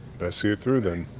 best see it through, then.